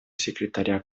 секретаря